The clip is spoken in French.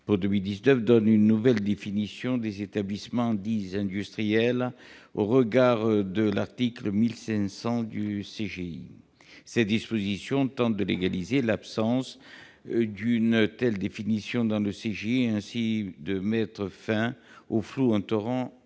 pour 2019 donne une nouvelle définition des établissements dits « industriels » au regard de l'article 1500 du code général des impôts, le CGI. Cette disposition tente de légaliser l'absence d'une telle définition dans le CGI et, ainsi, de mettre fin au flou entourant